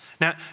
Now